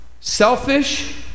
Selfish